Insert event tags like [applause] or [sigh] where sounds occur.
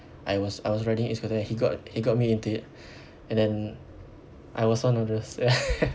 I was I was riding E scooter and he got he got me into it and then I was one of those ya [laughs]